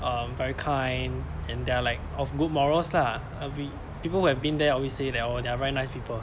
um very kind and they are like of good morals lah uh we people who have been there always say that oh they are very nice people